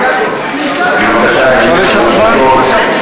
לרשותך שלוש דקות.